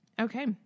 Okay